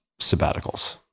sabbaticals